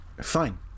Fine